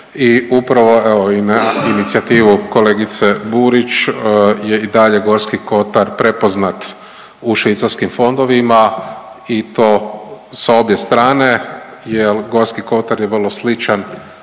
i na inicijativu kolegice Burić je i dalje Gorski kotar prepoznat u švicarskim fondovima i to sa obje strane jel Gorski kotar je vrlo sličan